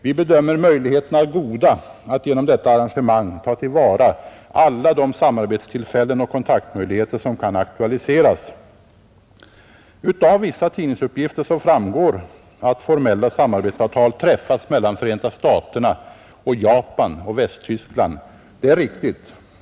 Vi bedömer möjligheterna goda att genom detta arrangemang ta till vara alla de samarbetstillfällen och kontaktmöjligheter som kan aktualiseras. Av vissa tidningsuppgifter framgår att formella samarbetsavtal träffats mellan USA samt Japan och Västtyskland. Detta är riktigt.